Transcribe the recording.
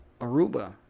Aruba